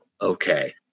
okay